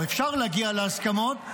או אפשר להגיע להסכמות,